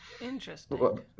Interesting